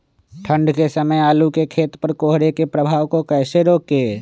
ठंढ के समय आलू के खेत पर कोहरे के प्रभाव को कैसे रोके?